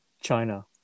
China